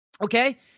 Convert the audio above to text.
Okay